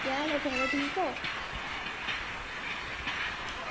केह् हाल ऐ थुआढ़ा ठीक ओ